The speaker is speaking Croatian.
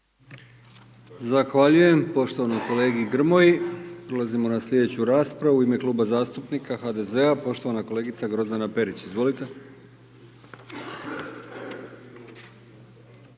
Zahvaljujem poštovanom kolegi Grmoji. Prelazimo na slijedeću raspravu. U ime kluba zastupnika HDZ-a, poštovana kolegica Grozdana Perić, izvolite.